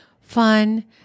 fun